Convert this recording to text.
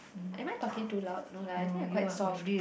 am I talking too loud no lah I think I quite soft